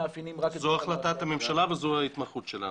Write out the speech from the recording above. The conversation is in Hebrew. זאת החלטת הממשלה וזו ההתמחות שלנו?